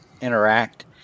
interact